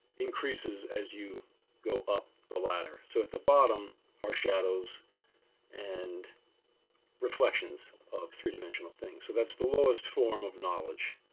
increases as you go up the ladder. so at the bottom are shadows and reflections of three dimensional things. so that's the lowest form of knowledge.